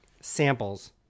samples